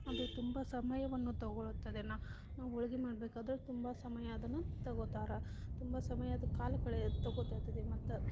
ಅದು ತುಂಬ ಸಮಯವನ್ನು ತಗೊಳ್ಳುತ್ತದೆ ನ ಹೋಳಿಗೆ ಮಾಡಬೇಕಾದ್ರೆ ತುಂಬ ಸಮಯ ಅದನ್ನು ತಗೊಳ್ತಾರೆ ತುಂಬ ಸಮಯ ಅದು ಕಾಲ ಕಳೆಯುತ್ತೆ ತಗೊಳ್ತಾ ಇರ್ತದೆ ಮತ್ತು